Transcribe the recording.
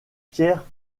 pierre